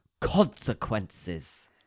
consequences